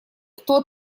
кто